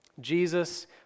Jesus